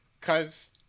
Cause